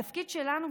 התפקיד שלנו,